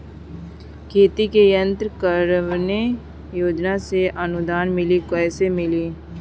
खेती के यंत्र कवने योजना से अनुदान मिली कैसे मिली?